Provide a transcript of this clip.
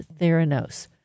Theranos